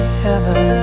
heaven